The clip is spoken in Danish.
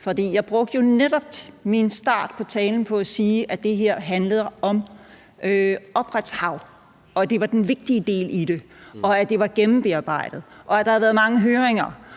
jeg brugte jo netop min start på talen på at sige, at det her handler om ophavsret, og at det var den vigtige del i det, og at det var gennembearbejdet, og at der har været mange høringer,